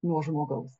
nuo žmogaus